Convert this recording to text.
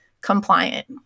compliant